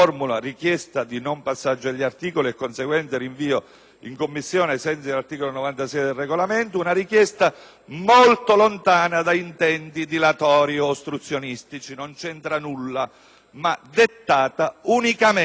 in Commissione, ai sensi dell'articolo 96 del nostro Regolamento. È una richiesta molto lontana da intenti dilatori o ostruzionistici - questo non c'entra nulla - ma dettata unicamente dall'esigenza di fare un lavoro completo